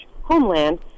homeland